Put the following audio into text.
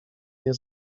nie